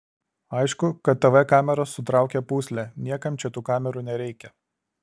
aišku kad tv kameros sutraukia pūslę niekam čia tų kamerų nereikia